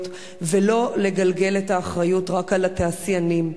ולא לגלגל את האחריות רק על התעשיינים.